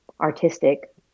artistic